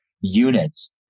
units